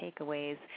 takeaways